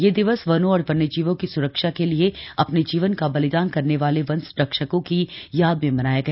यह दिवस वनों और वन्यजीवों की सुरक्षा के लिए अपने जीवन का बलिदान करने वाले वन रक्षकों की याद में मनाया गया